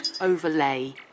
Overlay